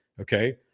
okay